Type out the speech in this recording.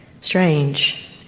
strange